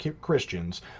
Christians